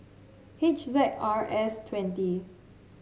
H Z R S twenty